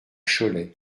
cholet